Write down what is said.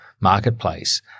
marketplace